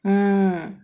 mm